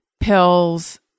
pills